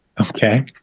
Okay